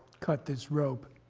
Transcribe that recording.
cut this rope,